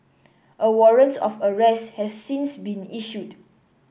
a warrant of arrest has since been issued